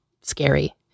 scary